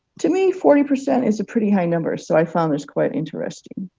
to me, forty percent is a pretty high number, so i found this quite interesting.